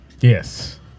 yes